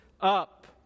up